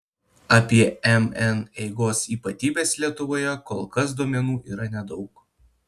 apie mn eigos ypatybes lietuvoje kol kas duomenų yra nedaug